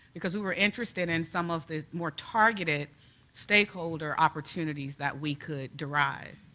because we were interested in some of the more targeted stakeholder opportunities that we could derive.